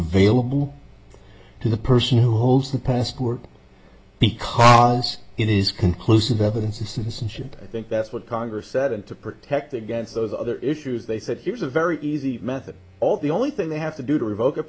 available to the person who holds the passport because it is conclusive evidence of citizenship i think that's what congress said and to protect against those other issues they said here's a very easy method all the only thing they have to do to revoke a